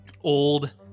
old